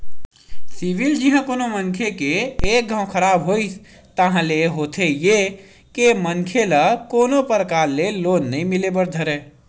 CIBIL जिहाँ कोनो मनखे के एक घांव खराब होइस ताहले होथे ये के मनखे ल कोनो परकार ले लोन नइ मिले बर धरय